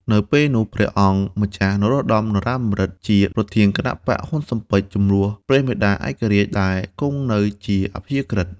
នៅពេលនោះព្រះអង្គម្ចាស់នរោត្តមរណឫទ្ធិ ជាប្រធានគណបក្សហ៊ុនស៊ិនប៉ិចជំនួសព្រះបិតាឯករាជ្យដែលគង់នៅជាអព្យាក្រឹត្យ។